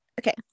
Okay